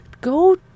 go